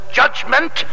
judgment